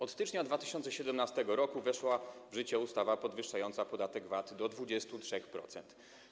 Od stycznia 2017 r. weszła w życie ustawa podwyższająca podatek VAT do 23%.